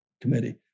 committee